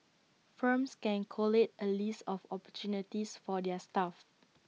firms can collate A list of opportunities for their staff